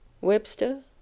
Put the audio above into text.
Webster